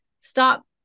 stop